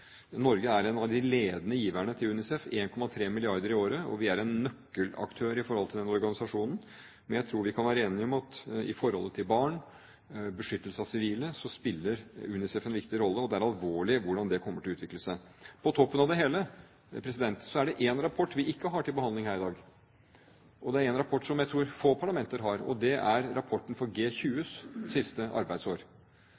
Norge er en av de ledende giverne til UNICEF – 1,3 mrd. kr i året – og vi er en nøkkelaktør i forhold til den organisasjonen. Men jeg tror vi kan være enige om at i forholdet til barn og beskyttelse av sivile spiller UNICEF en viktig rolle, og det er alvorlig hvordan det kommer til å utvikle seg. På toppen av det hele er det én rapport vi ikke har til behandling her i dag, og det er en rapport som jeg tror få parlamenter har, nemlig rapporten